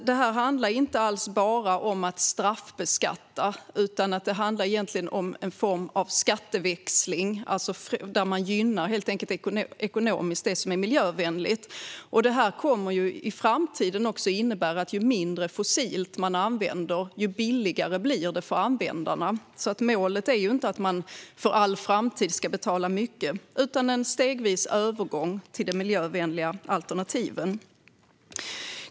Det här handlar inte alls bara om att straffbeskatta, utan det handlar egentligen om en form av skatteväxling där man ekonomiskt gynnar det som är miljövänligt. Det här kommer i framtiden att innebära att ju mindre fossilt som används, desto billigare blir det för användarna. Målet är alltså inte att man för all framtid ska betala mycket utan att det ska bli en stegvis övergång till de miljövänliga alternativen.